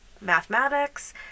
mathematics